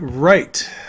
Right